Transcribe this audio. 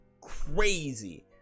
crazy